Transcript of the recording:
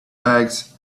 bags